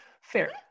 Fair